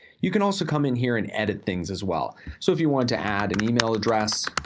you can also come in here and edit things as well. so if you wanted to add an email address